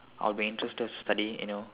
I'll be interested to study you know